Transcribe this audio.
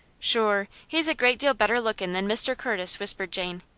shure, he's a great deal better lookin' than mr. curtis, whispered jane.